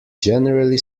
generally